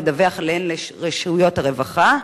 ולדווח עליהן על רשויות הרווחה?